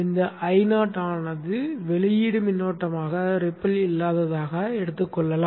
இந்த Io ஆனது வெளியீடு மின்னோட்டமாக ரிப்பில் இல்லாததாக எடுத்துக் கொள்ளலாம்